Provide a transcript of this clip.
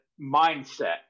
mindset